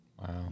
Wow